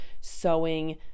Sewing